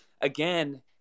again